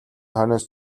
хойноос